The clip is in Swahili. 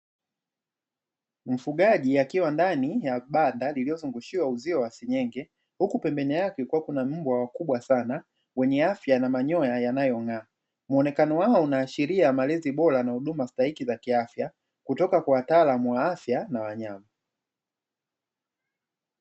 Mfugaji akiwa ndani ya banda lililozungushiwa uzio wa senyenge huku pembeni yake kukiwa na mbwa wakubwa sana wenye afya na manyoya yanayong'aa muonekano wao unaashiria malezi bora na huduma stahiki za kiafya kutoka kwa wataalamu wa afya na wanyama.